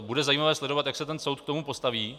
Bude zajímavé sledovat, jak se ten soud k tomu postaví.